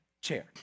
chair